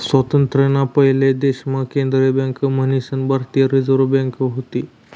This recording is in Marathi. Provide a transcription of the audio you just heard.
स्वातंत्र्य ना पयले देश मा केंद्रीय बँक मन्हीसन भारतीय रिझर्व बँक व्हती